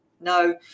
no